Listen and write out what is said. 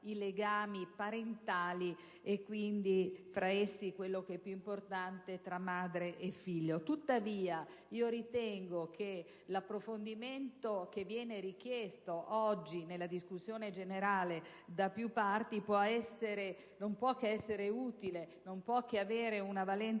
i legami parentali e, quindi, tra essi il più importante, quello tra madre e figlio. Tuttavia ritengo che l'approfondimento che viene richiesto oggi nella discussione generale da più parti non possa che essere utile e non possa che avere una valenza